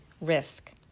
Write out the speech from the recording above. risk